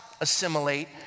assimilate